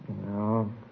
No